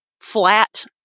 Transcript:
flat